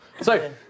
So-